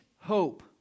hope